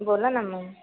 बोला ना मग